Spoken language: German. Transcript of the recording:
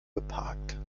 geparkt